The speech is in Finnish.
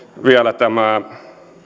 vielä tästä